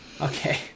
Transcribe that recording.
okay